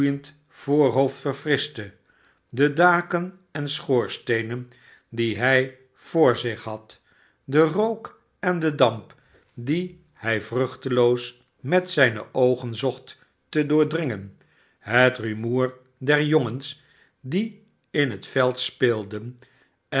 voorhoofd verfnschte de daken en schoorsteenen die hij voorzichhad den rook en den damp die hij vruchteloos met zijne oogen zocht te doordringen het rumoer der jongens die in het veld speelden en